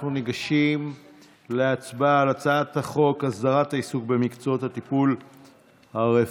אנחנו ניגשים להצבעה על הצעת החוק הסדרת העיסוק במקצועת הטיפול הרפואי.